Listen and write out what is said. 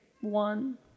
one